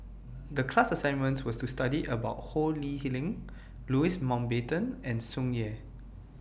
The class assignment was to study about Ho Lee Ling Louis Mountbatten and Tsung Yeh